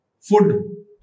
food